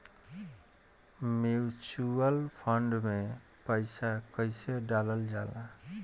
Mutual fund मे पईसा कइसे डालल जाला?